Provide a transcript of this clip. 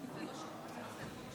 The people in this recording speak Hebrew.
מצביע יוסף עטאונה,